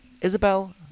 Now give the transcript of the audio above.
Isabel